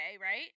right